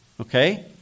Okay